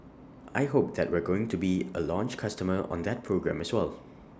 I hope that we're going to be A launch customer on that program as well